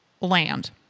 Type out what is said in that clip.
land